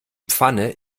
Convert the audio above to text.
pfanne